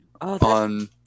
on